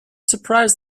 surprised